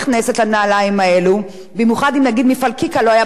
במיוחד אם מפעל "קיקה" לא היה בכותרות כמו שהוא היום,